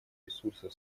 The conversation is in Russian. ресурсов